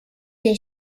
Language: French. les